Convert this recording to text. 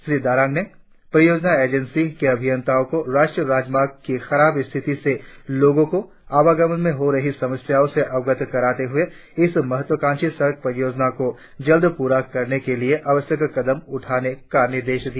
श्री दारांग ने परियोजना एजेंसी के अभियंताओ को राष्ट्रीय राजमार्ग की खराब स्थिति से लोगो को आवागमन में हो रही समस्या से अवगत कराते हुए इस महत्वकांक्षी सड़क परियोजना को जल्द पूरा करने के लिए आवश्यक कदम उठाने का निर्देश दिया